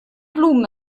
blumen